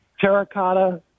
terracotta